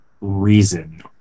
reason